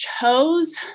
chose